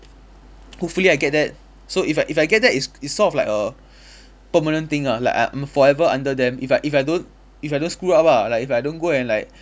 hopefully I get that so if I if I get there it's it's sort of like a permanent thing lah like I'm forever under them if I if I don't if I don't screw up ah like if I don't go and like